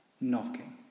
knocking